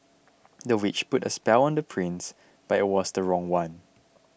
the witch put a spell on the prince but it was the wrong one